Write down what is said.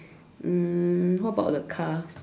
um how about the car